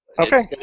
Okay